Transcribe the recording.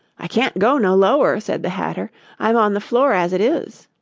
i can't go no lower said the hatter i'm on the floor, as it is